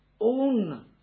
own